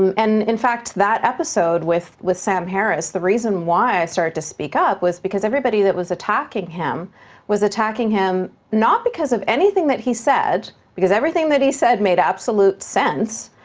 um and, in fact, that episode with with sam harris, the reason why i started to speak up was because everybody that was attacking him was attacking him not because of anything that he said because everything that he said made absolutely sense.